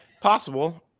Possible